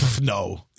No